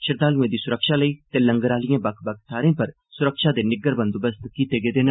श्रद्दालुएं दी सुरक्षा लेई ते लंगर आह्लिएं बक्ख बक्ख थाह्रें पर सुरक्षा दे सख्त बंदोबस्त कीते गेदे न